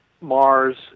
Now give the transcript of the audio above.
Mars